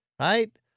Right